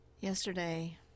yesterday